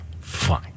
fine